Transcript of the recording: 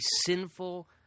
sinful